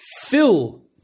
fill